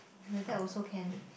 like that also can